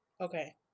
Okay